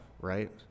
right